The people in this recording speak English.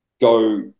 go